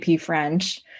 French